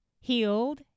healed